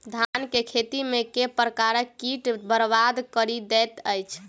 धान केँ खेती मे केँ प्रकार केँ कीट बरबाद कड़ी दैत अछि?